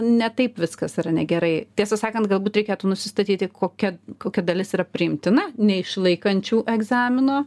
ne taip viskas yra negerai tiesą sakant galbūt reikėtų nusistatyti kokia kokia dalis yra priimtina neišlaikančių egzamino